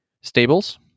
stables